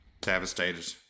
Devastated